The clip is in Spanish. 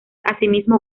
asimismo